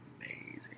amazing